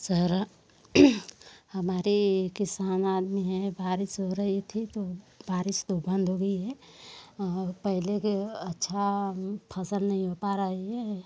सारा हमारे किसान आदमी हैं बारिश हो रही थी तो बारिश तो बंद हो गई है पहले के अच्छा फ़सल नहीं हो पा रही है